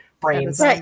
brains